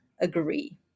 agree